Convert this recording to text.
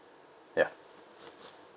ya